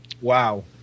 Wow